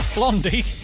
Blondie